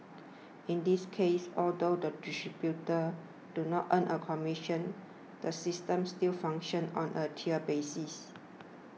in this case although the distributors do not earn a commission the system still functions on a tiered basis